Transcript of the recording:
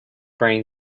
brain